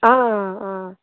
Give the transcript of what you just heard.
आं